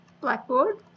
Blackboard